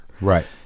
Right